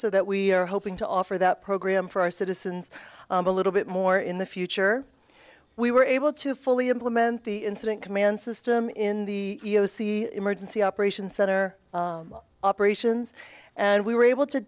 so that we are hoping to offer that program for our citizens a little bit more in the future we were able to fully implement the incident command system in the you know see emergency operation center operations and we were able to